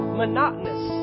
monotonous